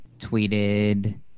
tweeted